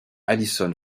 alison